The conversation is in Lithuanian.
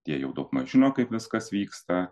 tie jau daugmaž žino kaip viskas vyksta